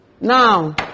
Now